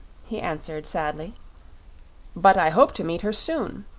he answered, sadly but i hope to meet her soon.